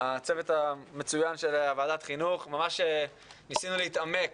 הצוות המצוין של ועדת חינוך, ניסינו להתעמק